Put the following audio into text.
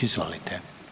Izvolite.